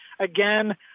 Again